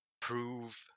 prove